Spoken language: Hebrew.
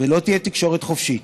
ולא תהיה תקשורת חופשית,